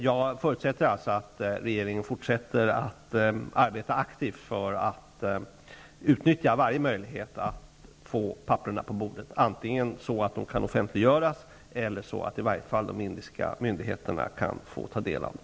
Jag förutsätter att regeringen fortsätter att arbeta aktivt och utnyttja varje möjlighet att få papperna på bordet, antingen så att de kan offentliggöras eller så att de indiska myndigheterna kan kan få ta del av dem.